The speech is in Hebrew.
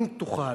אם תוכל,